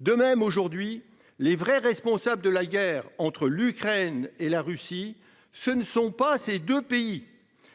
de même aujourd'hui les vrais responsables de la guerre entre l'Ukraine et la Russie. Ce ne sont pas ces 2 pays